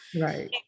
right